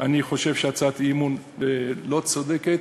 אני חושב שהצעת האי-אמון לא צודקת,